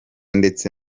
ndetse